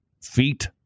feet